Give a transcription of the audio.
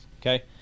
okay